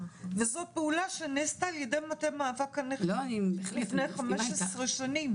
וזו פעולה שנעשתה על ידי מטה מאבק הנכים לפני 15 שנים.